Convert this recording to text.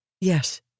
yes